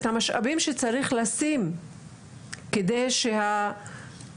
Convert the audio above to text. את המשאבים שצריך לשים כדי שהתהליך